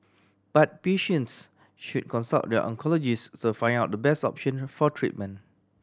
but patients should consult their oncologist to find out the best option for treatment